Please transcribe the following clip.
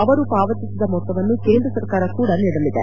ಅವರು ಪಾವತಿಸಿದ ಮೊತ್ಸವನ್ನು ಕೇಂದ್ರ ಸರ್ಕಾರ ಕೂಡ ನೀಡಲಿದೆ